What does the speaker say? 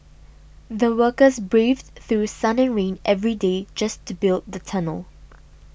the workers braved through sun and rain every day just to build the tunnel